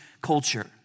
culture